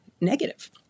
negative